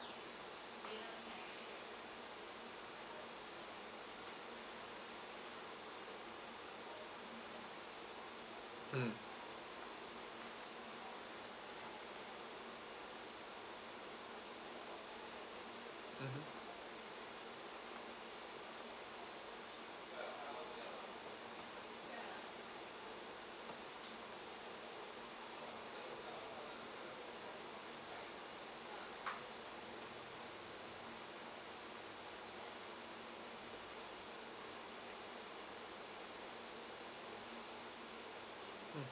mm mmhmm